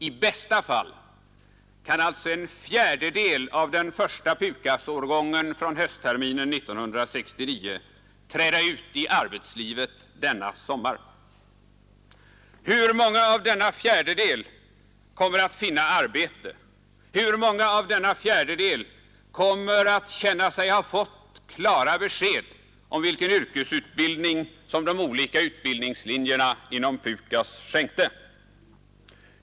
I bästa fall kan alltså en fjärdedel av PUKAS-årgången från höstterminen 1969 träda ut i arbetslivet denna sommar. Hur många av denna fjärdedel kommer att finna arbete? Hur många av denna fjärdedel kommer att känna sig ha fått ”klara besked” om vilken yrkesutbildning som de olika utbildningslinjerna inom PUKAS skänkte?